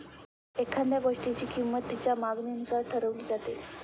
एखाद्या गोष्टीची किंमत तिच्या मागणीनुसार ठरवली जाते